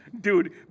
Dude